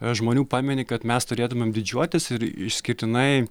žmonių pamini kad mes turėtumėm didžiuotis ir išskirtinai